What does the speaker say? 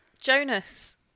Jonas